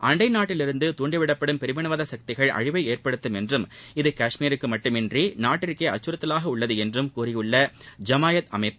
அண்டை நாட்டிலிருந்து தூண்டிவிடப்படும் பிரிவினைவாத சக்திகள் அழிவை ஏற்படுத்தும் என்றும் இது காஷ்மீருக்கு மட்டுமின்றி நாட்டிற்கே அச்சுறுத்தலாக உள்ளது என்றும் கூறியுள்ள ஜமாயத் அமைப்பு